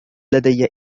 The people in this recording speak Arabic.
لدي